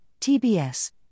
TBS